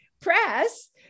Press